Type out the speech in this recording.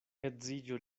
edziĝo